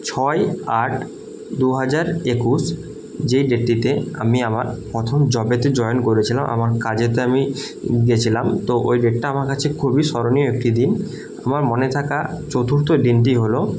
ছয় আট দু হাজার একুশ যে ডেটটিতে আমি আমার প্রথম জবেতে জয়েন করেছিলাম আমার কাজেতে আমি গিয়েছিলাম তো ওই ডেটটা আমার কাছে খুবই স্মরণীয় একটি দিন আমার মনে থাকা চতুর্থ দিনটি হল